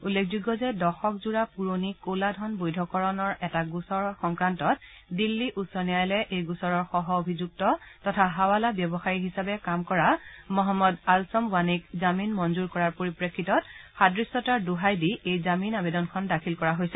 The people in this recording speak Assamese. উল্লেখযোগ্য যে দশকজোৰা পুৰণি কলা ধন বৈধকৰণৰ এটা গোচৰৰ সংক্ৰান্তত দিল্লী উচ্চ ন্যায়ালয়ে এই গোচৰৰ সহ অভিযুক্ত তথা হাৱালা ব্যৱসায়ী হিচাপে কাম কৰা মহম্মদ আলছম ৱানীক জামিন মঞ্জূৰ কৰাৰ পৰিপ্ৰেক্ষিতত সাদৃশ্যতাৰ দোহাইদি এই জামিন আৱেদনখন দাখিল কৰা হৈছে